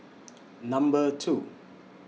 Number two